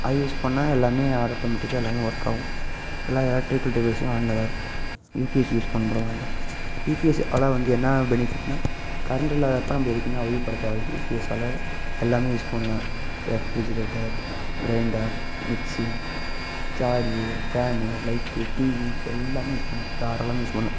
அது யூஸ் பண்ணிணா எல்லாமே ஆட்டோமேட்டிக்காக எல்லாமே ஒர்க் ஆகும் எல்லா எலக்ட்ரிக்கல் டிவைஸும் ஆனில் இருக்கும் யூபிஎஸ் யூஸ் பண்ணுறவங்க எல்லாம் யூபிஎஸ்ஸால் வந்து என்னா பெனிஃபிட்னால் கரண்டு இல்லாதப்போ நம்ம எதுக்குமே அவதிப்பட தேவையில்லை யூபிஎஸ்ஸால் எல்லாமே யூஸ் பண்ணலாம் refrigerator grinder mixie charge fan light TV எல்லாமே யூஸ் பண்ணலாம் தாராளமாக யூஸ் பண்ணலாம்